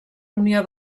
unió